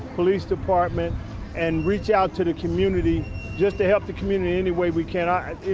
police department and reach out to the community just to help the community any way we can.